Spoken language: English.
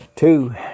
Two